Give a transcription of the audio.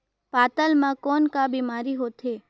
पातल म कौन का बीमारी होथे?